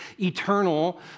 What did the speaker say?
eternal